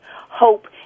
hope